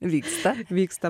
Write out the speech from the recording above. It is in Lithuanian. vyksta vyksta